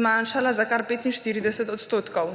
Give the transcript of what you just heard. zmanjšala za kar 45 odstotkov.